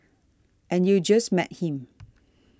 and you just met him